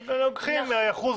אבל לוקחים אחוז